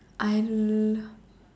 I l~